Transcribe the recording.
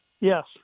Yes